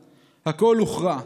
/ הכול הוכרע.